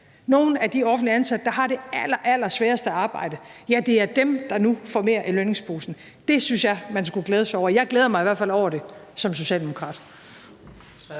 nogle af de offentligt ansatte, der har det allerallersværeste arbejde, er dem, der nu får mere i lønningsposen. Det synes jeg man skulle glæde sig over. Jeg glæder mig i hvert fald over det som socialdemokrat.